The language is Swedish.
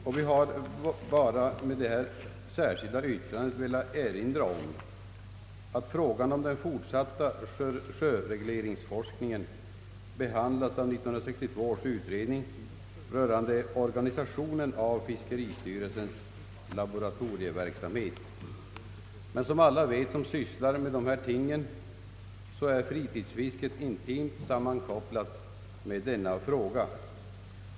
Med det särskilda yttrandet har vi bara velat markera att frågan om den fortsatta sjöregleringsforskningen behandlas av 1962 års utredning rörande organisationen av fiskeristyrelsens laboratorieverksamhet. Alla som sysslar med dessa ting vet att fritidsfisket är intimt sammankopplat med denna fråga.